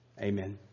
Amen